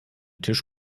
tisch